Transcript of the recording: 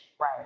Right